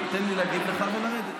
תן לי להגיב לך ולרדת.